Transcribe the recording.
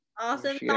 Awesome